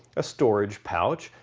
a storage pouch,